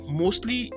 mostly